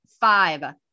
five